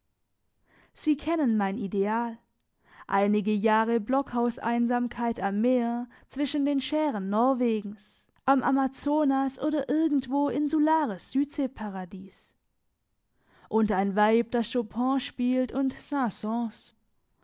sie kennen mein ideal einige jahre blockhauseinsamkeit am meer zwischen den schären norwegens am amazonas oder irgendwo insulares südseeparadies und ein weib das chopin spielt und saint